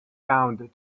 found